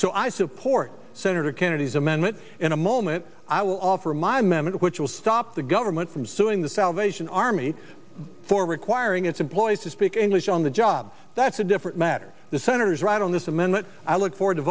so i support senator kennedy's amendment in a moment i will offer my memo which will stop the government from suing the salvation army for requiring its employees to speak english on the job that's a different matter the senator's right on this amendment i look forward to